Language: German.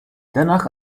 danach